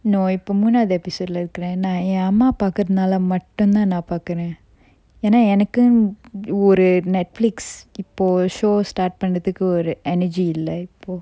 no இப்ப மூணாவது:ippa moonavathu episode lah இருக்குறன் நா என் அம்மா பாக்குறதனால மட்டும் தான் நா பாக்குறன் ஏன்னா எனக்கும் ஒரு:irukkuran na en amma pakkurathanala mattum thaan na pakkuran eanna enakkum oru netflix இப்போ:ippo show start பண்றதுக்கு ஒரு:panrathukku oru energy இல்ல இப்போ:illa ippo